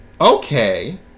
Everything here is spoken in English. Okay